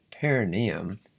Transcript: perineum